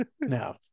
no